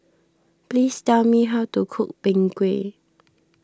please tell me how to cook Png Kueh